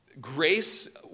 grace